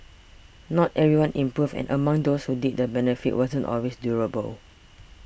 not everyone improved and among those who did the benefit wasn't always durable